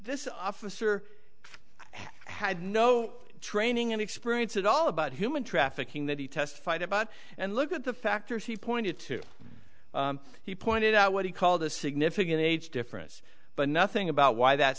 this officer had no training and experience at all about human trafficking that he testified about and look at the factors he pointed to he pointed out what he called the significant age difference but nothing about why that